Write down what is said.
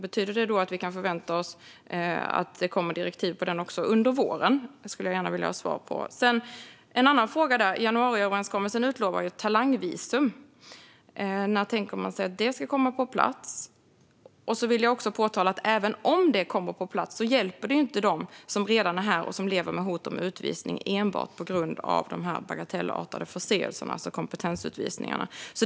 Betyder det då att vi kan förvänta oss att det kommer direktiv även gällande det under våren? Det skulle jag gärna vilja ha svar på. En annan fråga gäller talangvisum, som utlovas i januariöverenskommelsen. När tänker man sig att det ska komma på plats? Jag vill också påpeka att även om det kommer på plats så hjälper det inte dem som redan är här och som lever med hot om utvisning enbart på grund av de här bagatellartade förseelserna, alltså kompetensutvisningarna.